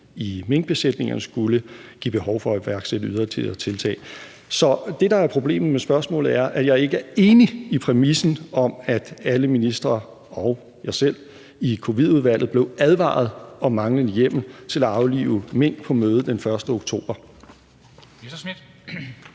i minkbesætninger skulle give behov for at iværksætte yderligere tiltag. Så det, der er problemet med spørgsmålet, er, at jeg ikke er enig i præmissen om, at alle ministre og jeg selv i covid-19-udvalget blev advaret om manglende hjemmel til at aflive mink på mødet den 1. oktober.